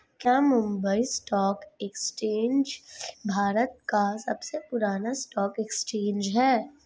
क्या Mumbai stock exchange Bharat का सबसे पुराना स्टॉक एक्सचेंज है?